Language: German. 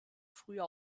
früher